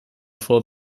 for